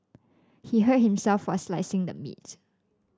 he hurt himself while slicing the meat